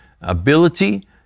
ability